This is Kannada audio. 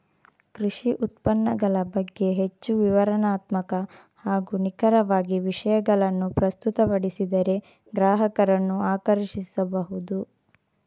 ಕೃಷಿ ಉತ್ಪನ್ನಗಳ ಬಗ್ಗೆ ಹೆಚ್ಚು ವಿವರಣಾತ್ಮಕ ಹಾಗೂ ನಿಖರವಾಗಿ ವಿಷಯಗಳನ್ನು ಪ್ರಸ್ತುತಪಡಿಸಿದರೆ ಗ್ರಾಹಕರನ್ನು ಆಕರ್ಷಿಸಬಹುದು